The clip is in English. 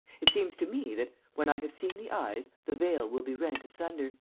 it seems to me that, when i have seen the eyes, the veil will be rent asunder.